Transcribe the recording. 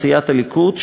בסיעת הליכוד,